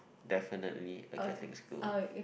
definitely a Catholic school